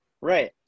Right